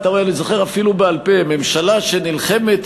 אתה רואה,